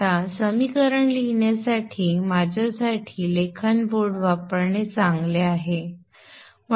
आता समीकरण लिहिण्यासाठी माझ्यासाठी लेखन बोर्ड वापरणे चांगले आहे